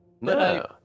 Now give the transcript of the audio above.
No